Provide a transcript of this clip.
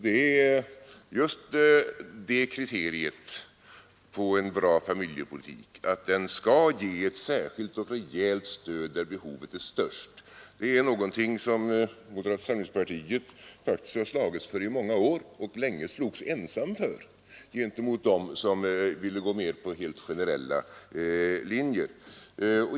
Det är just kriteriet på en bra familjepolitik att den skall ge ett särskilt rejält stöd där behovet är störst. Det är något som moderata samlingspartiet faktiskt slagits för i många år och länge slogs ensamt för gentemot dem som ville gå på helt generella linjer.